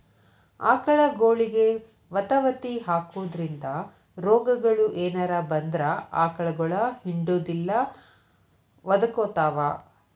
ಆಕಳಗೊಳಿಗೆ ವತವತಿ ಹಾಕೋದ್ರಿಂದ ರೋಗಗಳು ಏನರ ಬಂದ್ರ ಆಕಳಗೊಳ ಹಿಂಡುದಿಲ್ಲ ಒದಕೊತಾವ